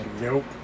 Nope